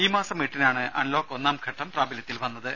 ഈ മാസം എട്ടിനാണ് അൺലോക്ക് ഒന്നാംഘട്ടം പ്രാബല്യത്തിൽ വന്നത്